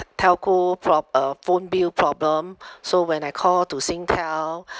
telco prob~ uh phone bill problem so when I call to singtel